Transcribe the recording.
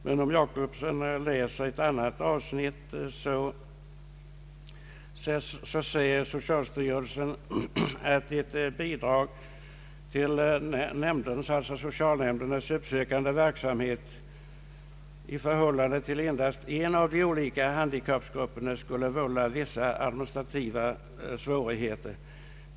Men om herr Jacobsson läser ett annat avsnitt av socialstyrelsens yttrande skall han finna att socialstyrelsen anför följande: ”Ett bidrag till nämndens uppsökande verksamhet i förhållande till endast en av de olika handikappgrupperna skulle vålla vissa administrativa svårigheter.